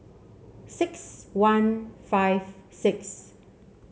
six one five six